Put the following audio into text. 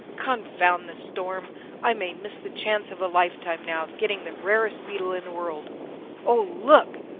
confound the storm i may miss the chance of a lifetime now of getting the rarest beetle in the world oh look!